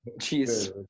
Cheese